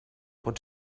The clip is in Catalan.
pot